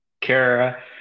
Kara